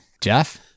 Jeff